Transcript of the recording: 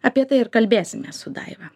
apie tai ir kalbėsimės su daiva